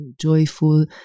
joyful